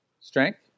Strength